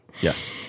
Yes